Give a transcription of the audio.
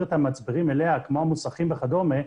את המצברים אליה כמו מוסכים וכדומה,